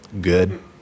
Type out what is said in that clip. Good